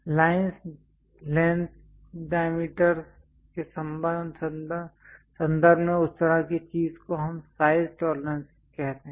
lines lengths diameters के संदर्भ में उस तरह की चीज को हम साइज टॉलरेंस कहते हैं